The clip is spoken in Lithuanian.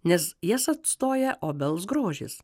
nes jas atstoja obels grožis